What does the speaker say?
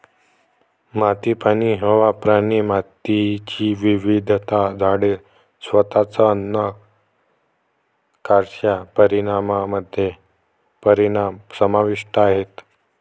माती, पाणी, हवा, प्राणी, मातीची विविधता, झाडे, स्वतः अन्न कारच्या परिणामामध्ये परिणाम समाविष्ट आहेत